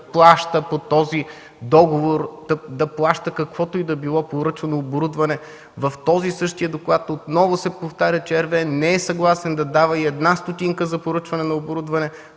плаща по този договор каквото и да е поръчано оборудване? В същия този доклад отново се повтаря, че RWE не е съгласен да дава и една стотинка за поръчване на оборудване.